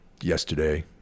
yesterday